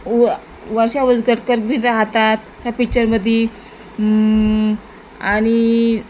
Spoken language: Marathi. व वर्षा उजगरकर बी राहतात त्या पिच्चरमध्ये आणि